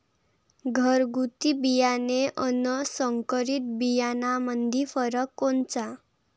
घरगुती बियाणे अन संकरीत बियाणामंदी फरक कोनचा?